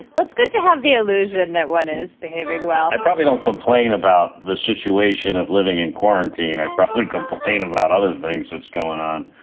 let's get to have the illusion that one is behaving well i probably don't complain about the situation of living in quarantine. i probably complain about other things that's going on